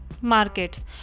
Markets